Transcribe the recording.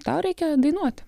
tau reikia dainuoti